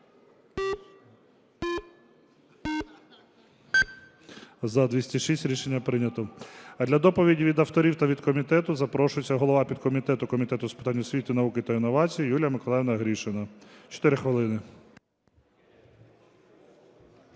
За-206 Рішення прийнято. Для доповіді від авторів і від комітету запрошується голова підкомітету Комітету з питань освіти, науки та інновацій Юлія Миколаївна Гришина, 4 хвилини.